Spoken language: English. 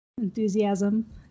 enthusiasm